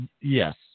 Yes